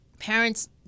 Parents